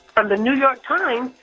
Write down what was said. from the new york times,